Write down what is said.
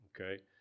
Okay